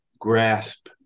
grasp